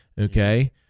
Okay